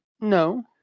No